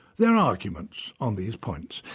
there are arguments on these points,